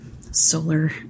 solar